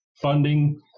funding